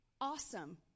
Awesome